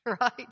right